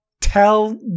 tell